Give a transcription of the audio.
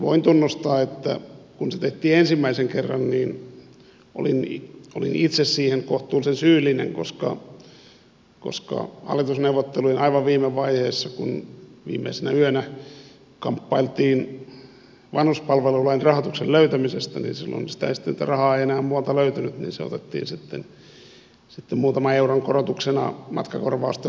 voin tunnustaa että kun se tehtiin ensimmäisen kerran olin itse siihen kohtuullisen syyllinen koska hallitusneuvottelujen aivan viime vaiheessa kun viimeisenä yönä kamppailtiin vanhuspalvelulain rahoituksen löytämisestä niin silloin sitä rahaa ei enää muualta löytynyt joten se otettiin sitten muutaman euron korotuksena matkakorvausten omavastuuseen